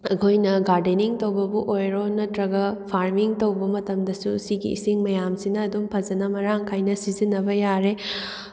ꯑꯩꯈꯣꯏꯅ ꯒꯥꯔꯗꯦꯅꯤꯡ ꯇꯧꯕꯕꯨ ꯑꯣꯏꯔꯣ ꯅꯠꯇ꯭ꯔꯒ ꯐꯥꯔꯃꯤꯡ ꯇꯧꯕ ꯃꯇꯝꯗꯁꯨ ꯁꯤꯒꯤ ꯏꯁꯤꯡ ꯃꯌꯥꯝꯁꯤꯅ ꯑꯗꯨꯝ ꯐꯖꯅ ꯃꯔꯥꯡ ꯀꯥꯏꯅ ꯁꯤꯖꯤꯟꯅꯕ ꯌꯥꯔꯦ